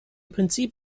prinzip